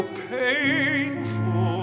painful